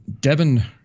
Devin